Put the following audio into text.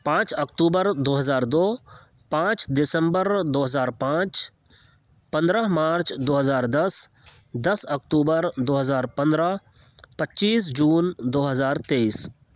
پانچ اکتوبر دو ہزار دو پانچ دسمبر دو ہزار پانچ پندرہ مارچ دو ہزار دس دس اکتوبر دو ہزار پندرہ پچیس جون دو ہزار تیئیس